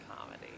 comedy